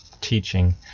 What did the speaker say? teaching